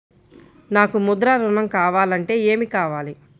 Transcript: నాకు ముద్ర ఋణం కావాలంటే ఏమి కావాలి?